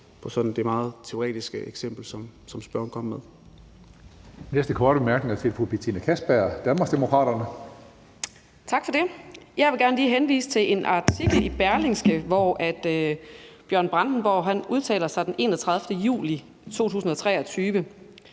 det sådan meget teoretiske eksempel, som spørgeren kom med.